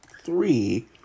three